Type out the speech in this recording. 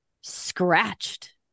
scratched